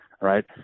right